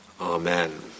Amen